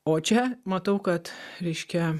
o čia matau kad reiškia